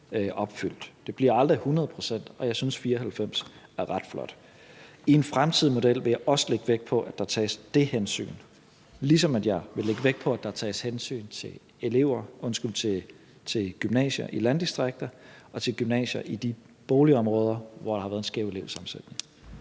Det bliver aldrig 100 pct., og jeg synes, at 94 pct. er ret flot. I en fremtidig model vil jeg også lægge vægt på, at der tages det hensyn, ligesom jeg vil lægge vægt på, at der skal tages hensyn til gymnasier i landdistrikter og til gymnasier i de boligområder, hvor der har været en skæv elevsammensætning.